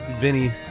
Vinny